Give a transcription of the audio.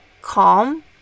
calm